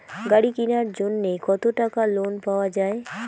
গাড়ি কিনার জন্যে কতো টাকা লোন পাওয়া য়ায়?